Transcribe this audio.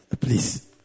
please